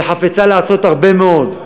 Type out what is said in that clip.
וחפצה לעשות הרבה מאוד,